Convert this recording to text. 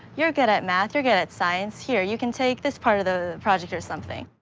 you're good at math, you're good at science, here you can take this part of the project or something.